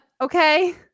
okay